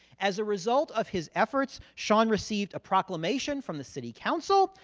as a result of his efforts, sean received a proclamation from the city council.